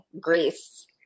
Greece